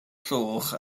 llwch